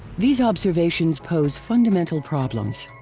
these observations pose fundamental problems.